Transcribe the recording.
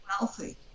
wealthy